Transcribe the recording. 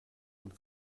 und